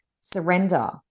Surrender